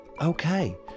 okay